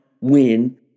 win